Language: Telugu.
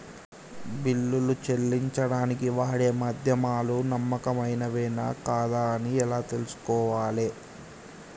బిల్లులు చెల్లించడానికి వాడే మాధ్యమాలు నమ్మకమైనవేనా కాదా అని ఎలా తెలుసుకోవాలే?